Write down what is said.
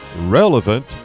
Relevant